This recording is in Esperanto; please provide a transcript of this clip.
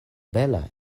bela